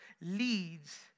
leads